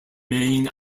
main